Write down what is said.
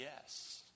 yes